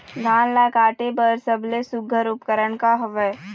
धान ला काटे बर सबले सुघ्घर उपकरण का हवए?